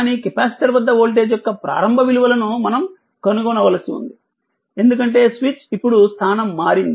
కానీ కెపాసిటర్ వద్ద వోల్టేజ్ యొక్క ప్రారంభ విలువలను మనం కనుగొనవలసి ఉంది ఎందుకంటే స్విచ్ ఇప్పుడు స్థానం మారింది